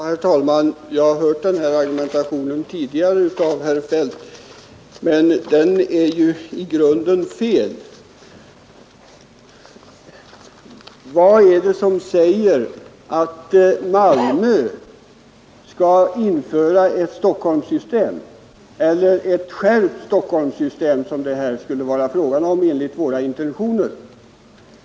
Herr talman! Jag har tidigare hört den argumentationen av herr Feldt, men den är i grunden fel. Vad är det som säger att Malmö skulle införa ett Stockholmssystem, eller ett skärpt Stockholmssystem, som det skulle bli fråga om här enligt våra intentioner?